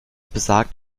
besagt